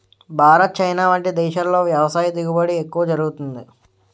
Bharat, China వంటి దేశాల్లో వ్యవసాయ దిగుబడి ఎక్కువ జరుగుతుంది